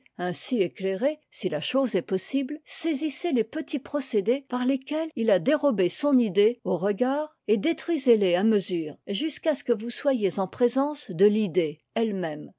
ainsi éclairés si la chose est possible saisissez les petits procédés par lesquels il a dérobé son idée aux regards et détruisez les à mesure jusqu'à ce que vous soyez en présence de l'idée elle-même